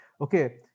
Okay